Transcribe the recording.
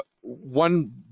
one